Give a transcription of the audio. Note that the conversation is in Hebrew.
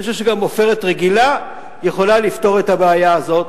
אני חושב שגם עופרת רגילה יכולה לפתור את הבעיה הזאת.